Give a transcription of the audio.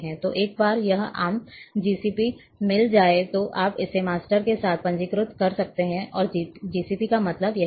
तो एक बार यह आम जीसीपी मिल जाए तो आप इसे मास्टर के साथ पंजीकृत कर सकते हैं यही पर जीसीपी का मतलब यही है